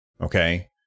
Okay